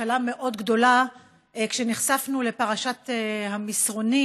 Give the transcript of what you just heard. טלטלה מאוד גדולה כשנחשפנו לפרשת המסרונים.